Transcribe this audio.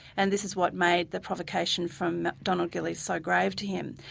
and this is what made the provocation from donald gillies so grave to him.